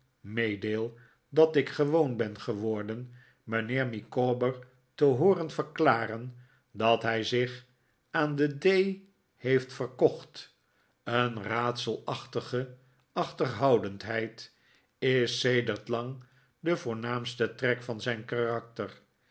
meedeel dat ik gewoon ben geworden mijnheer micawber te hooren verklaren dat hij zich aan den d heeft verkocht een raadselachtige achterhoudendheid is sedert lang de voornaamste trek van zijn karakter